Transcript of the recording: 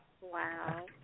Wow